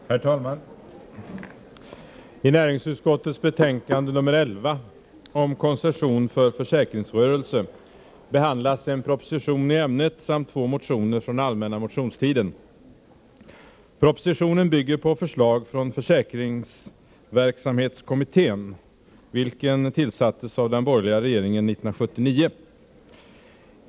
Herr talman! I näringsutskottets betänkande nr 11 om koncession för försäkringsrörelse behandlas en proposition i ämnet samt två motioner från den allmänna motionstiden. Propositionen bygger på förslag från försäkringsverksamhetskommittén, vilken tillsattes av den borgerliga regeringen 1979.